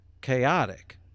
chaotic